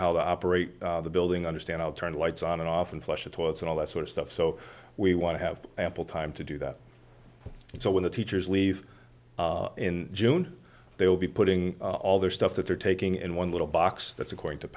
how to operate the building understand all turn lights on and off and flush toilets and all that sort of stuff so we want to have ample time to do that so when the teachers leave in june they will be putting all their stuff that they're taking in one little box that's according to